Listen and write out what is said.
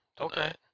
Okay